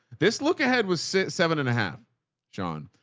this look ahead was seven and a half shaun.